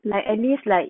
like at least like